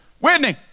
Whitney